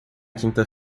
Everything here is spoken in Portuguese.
quinta